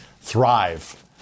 thrive